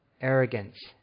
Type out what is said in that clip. arrogance